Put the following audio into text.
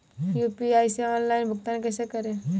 UPI से online भुगतान कैसे करें?